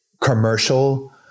commercial